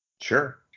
Sure